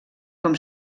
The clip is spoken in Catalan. com